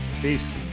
Peace